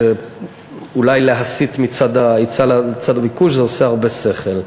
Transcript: שאולי להסיט מצד ההיצע לצד הביקוש זה עושה הרבה שכל.